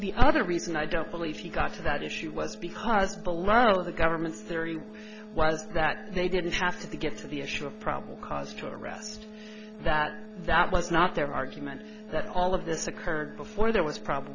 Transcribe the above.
the other reason i don't believe he got to that issue was because below the government's theory was that they didn't have to get to the issue of probable cause to arrest that that was not their argument that all of this occurred before there was probabl